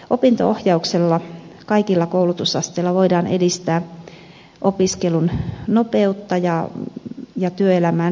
opinto ohjauksella kaikilla koulutusasteilla voidaan edistää opiskelun nopeutta ja työelämään sijoittumista